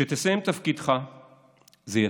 כשתסיים את תפקידך זה יתחיל.